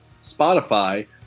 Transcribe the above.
Spotify